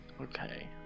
Okay